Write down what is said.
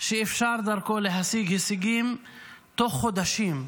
שאפשר דרכו להשיג הישגים תוך חודשים,